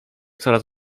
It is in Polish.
coraz